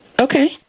Okay